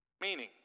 meaning